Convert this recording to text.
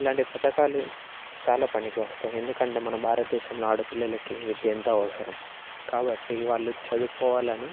ఇలాంటి పథకాలు చాలా పనికి వస్తాయి ఎందుకంటే మన భారతదేశంలో ఆడపిల్లలకి విద్య ఎంతో అవసరం కాబట్టి వాళ్ళు చదువుకోవాలని